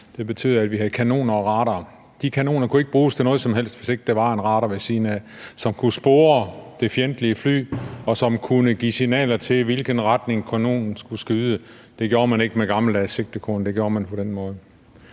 Det betød, at vi havde kanoner og radarer. De kanoner kunne ikke bruges til noget som helst, hvis ikke der var en radar ved siden af, som kunne spore det fjendtlige fly, og som kunne give signaler til, i hvilken retning kanonen skulle skyde. Det gjorde man ikke med gammeldags sigtekorn, det gjorde man på den måde.